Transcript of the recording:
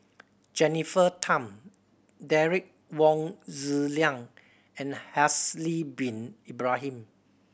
Jennifer Tham Derek Wong Zi Liang and Haslir Bin Ibrahim